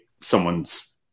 someone's